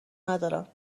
ندارن